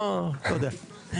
לא יודע.